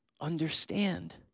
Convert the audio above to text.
understand